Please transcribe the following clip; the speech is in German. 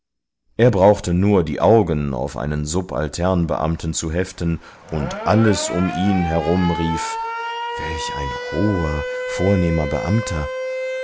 er brauchte nur die augen auf einen subalternbeamten zu heften und alles um ihn herum rief welch ein hoher vornehmer beamter